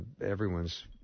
everyone's